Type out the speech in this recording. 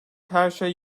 herşey